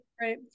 right